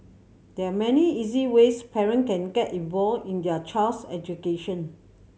there are many easy ways parent can get involved in their child's education